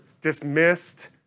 dismissed